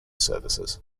services